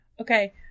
Okay